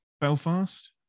belfast